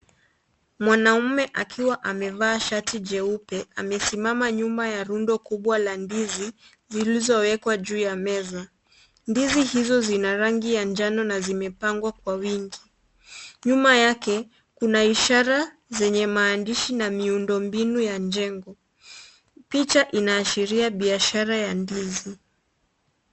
Mwanaume akiwa amevaa shati jeupe amesimama nyuma ya rundo kubwa la ndizi zilizowekwa juu ya meza. Ndizi hizo zina rangi ya njano na zimepangwa kwa wingi. Nyuma yake kuna ishara zenye maandishi na miundombinu ya jengo. Picha inaashiria biashara ya ndizi